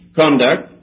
conduct